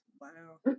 Wow